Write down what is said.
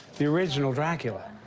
the original dracula.